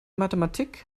mathematik